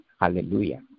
Hallelujah